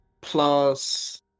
plus